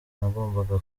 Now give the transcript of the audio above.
ntagombaga